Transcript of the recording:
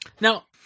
Now